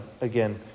again